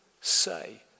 say